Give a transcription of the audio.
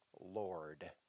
Lord